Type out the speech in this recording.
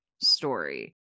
story